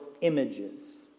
images